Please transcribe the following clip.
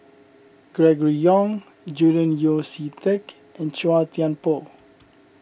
Gregory Yong Julian Yeo See Teck and Chua Thian Poh